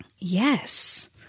Yes